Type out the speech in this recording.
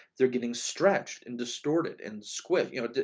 they're getting stretched and distorted and squish, you know,